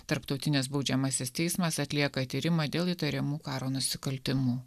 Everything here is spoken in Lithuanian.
tarptautinis baudžiamasis teismas atlieka tyrimą dėl įtariamų karo nusikaltimų